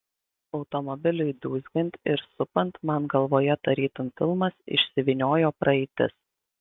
automobiliui dūzgiant ir supant man galvoje tarytum filmas išsivyniojo praeitis